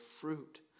fruit